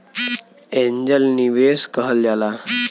angel निवेस कहल जाला